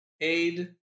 aid